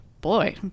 boy